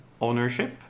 ownership